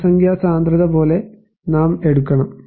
ജനസംഖ്യാ സാന്ദ്രത പോലെ നാം എടുക്കണം